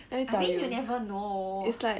I mean you never know